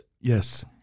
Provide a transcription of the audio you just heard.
Yes